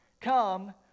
come